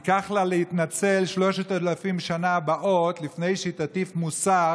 ייקח לה להתנצל ב-3,000 השנים הבאות לפני שתטיף מוסר